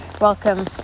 welcome